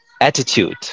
attitude